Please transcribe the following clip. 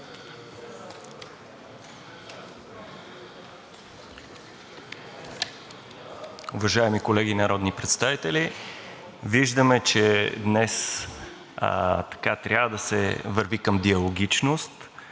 Уважаеми колеги народни представители, виждаме, че днес трябва да се върви към диалогичност,